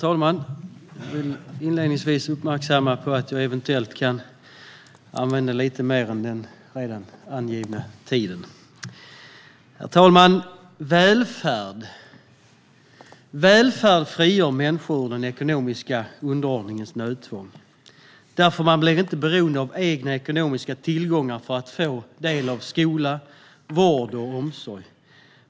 Herr talman! Välfärd frigör människor ur den ekonomiska underordningens nödtvång. Man blir inte beroende av egna ekonomiska tillgångar för att få del av skola, vård och omsorg.